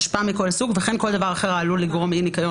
אשפה מכול סוג וכן כול דבר אחר העלול לגרום לאי-ניקיון